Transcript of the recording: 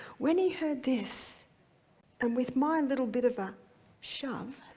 when he heard this and with my little bit of a shove,